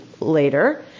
later